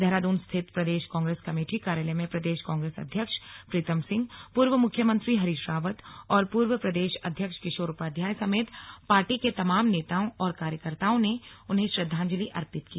देहरादून स्थित प्रदेश कांग्रेस कमेटी कार्यालय में प्रदेश कांग्रेस अध्यक्ष प्रीतम सिंह पूर्व मुख्यमंत्री हरीश रावत और पूर्व प्रदेश अध्यक्ष किशोर उपाध्याय समेत पार्टी के तमाम नेताओं और कार्यकर्ताओं ने उन्हें श्रद्धांजलि अर्पित की